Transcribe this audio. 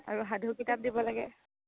আৰু সাধু কিতাপ দিব লাগে